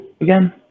again